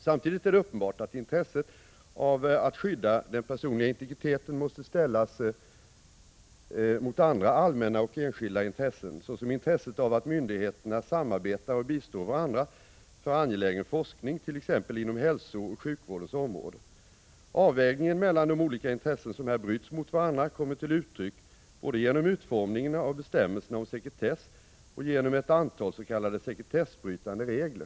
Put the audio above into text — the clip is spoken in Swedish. Samtidigt är det uppenbart att intresset av att skydda den personliga integriteten måste ställas mot andra allmänna och enskilda intressen, såsom intresset av att myndigheterna samarbetar och bistår varandra för angelägen forskning t.ex. inom hälsooch sjukvårdens område. Avvägningen mellan de olika intressen som här bryts mot varandra kommer till uttryck både genom utformningen av bestämmelserna om sekretess och genom ett antal s.k. sekretessbrytande regler.